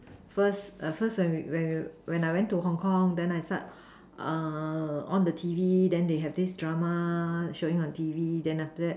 first first when we when we when I went to Hong-Kong then I start on the T_V then they have this drama showing on the T_V then after that